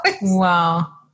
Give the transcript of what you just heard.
Wow